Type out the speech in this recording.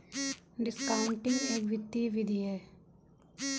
discounting एक वित्तीय विधि है